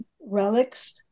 relics